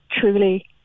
truly